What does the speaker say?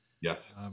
Yes